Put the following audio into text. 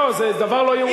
לא, זה דבר לא יאומן.